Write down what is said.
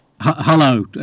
Hello